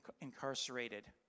incarcerated